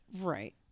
Right